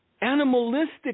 animalistic